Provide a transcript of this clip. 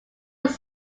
was